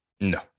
No